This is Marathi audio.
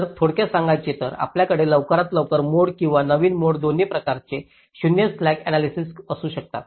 तर थोडक्यात सांगायचे तर आपल्याकडे लवकरात लवकर मोड किंवा नवीन मोड दोन्ही प्रकारचे 0 स्लॅक एनालिसिस असू शकतात